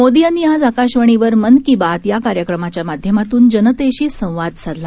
मोदीयांनीआजआकाशवाणीवरमनकीबातयाकार्यक्रमाच्यामाध्यमातूनजनतेशीसंवादसाधला